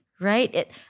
right